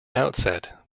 outset